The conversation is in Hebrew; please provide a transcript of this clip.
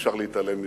אי-אפשר להתעלם מזה,